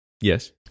Yes